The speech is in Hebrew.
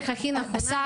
השר,